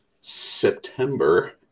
September